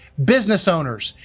business owners,